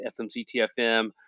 FMCTFM